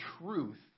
truth